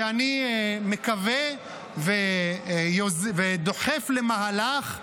ואני מקווה ודוחף למהלך,